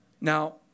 Now